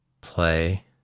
play